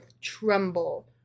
tremble